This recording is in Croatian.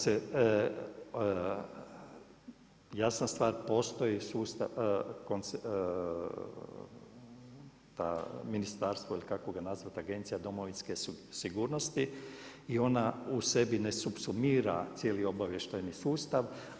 Jasna stvar postoji sustav, ta, ministarstvo ili kako ga nazvati, agencija domovinske sigurnosti i ona u sebi ne supsumira cijeli obavještajni sustav.